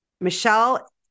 Michelle